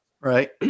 Right